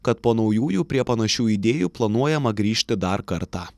kad po naujųjų prie panašių idėjų planuojama grįžti dar kartą